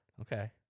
Okay